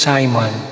Simon